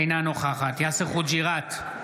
אינה נוכחת יאסר חוג'יראת,